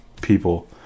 people